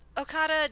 Okada